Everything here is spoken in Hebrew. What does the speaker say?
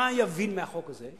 מה יבין מהחוק הזה?